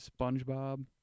Spongebob